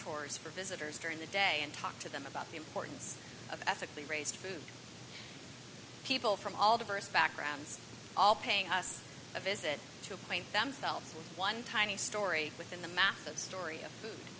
tours for visitors during the day and talked to them about the importance of ethically raised food people from all diverse backgrounds all paying us a visit to acquaint themselves with one tiny story within the mouth of story of food